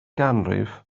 ganrif